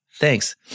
Thanks